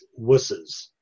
wusses